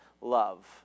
love